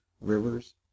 rivers